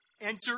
enter